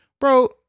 bro